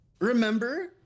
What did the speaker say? Remember